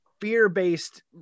fear-based